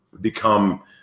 become